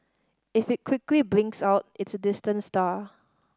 if it quickly blinks out it's a distant star